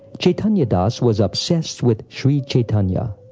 chaitanya das was obssessed with shri chaitanya.